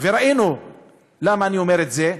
וראינו למה אני אומר את זה,